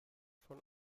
von